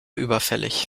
überfällig